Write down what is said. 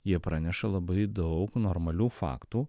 jie praneša labai daug normalių faktų